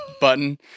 button